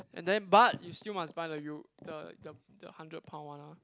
and then but you still must buy the you the the the hundred pound one uh